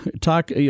talk